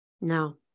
No